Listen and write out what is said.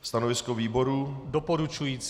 Stanovisko výboru je doporučující.